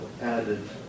added